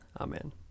Amen